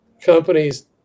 companies